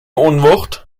unwucht